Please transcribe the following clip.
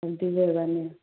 interior गावँमे